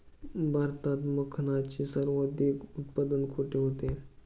भारतात मखनाचे सर्वाधिक उत्पादन कोठे होते?